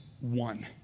one